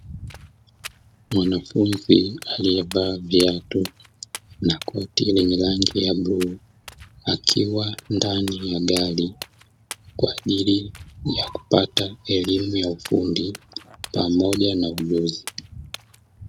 Mwanafunzi aliyevaa viatu na koti lenye rangi ya bluu, akiwa ndani ya gari kwa ajili ya kupata elimu ya ufundi pamoja na ujuzi.